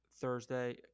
Thursday